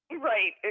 Right